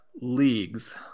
leagues